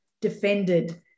defended